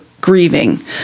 grieving